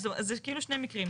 זה שני מקרים,